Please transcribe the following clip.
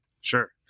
sure